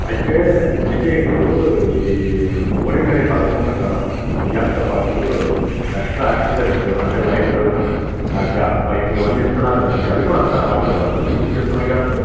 అయితే అయితే ఇప్పుడు ఈ మోడీ గారి పధకం ప్రకారం గ్యాస్తో పాటు ఎక్స్ట్రా యాక్ససరీస్ అంటే లైటరు గ్యాస్ పైప్ ఇవన్నీ ఇస్తున్నారు కదండీ అవి కూడా వస్తాయా వాటితో పాటు నేను బుక్ చేసుకున్న గ్యాస్కి